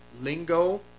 lingo